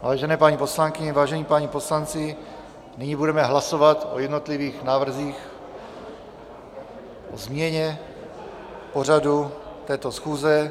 Vážené paní poslankyně, vážení páni poslanci, nyní budeme hlasovat o jednotlivých návrzích, o změně pořadu této schůze.